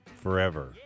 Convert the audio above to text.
forever